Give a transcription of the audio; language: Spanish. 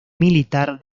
militar